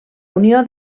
unió